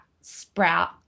sprout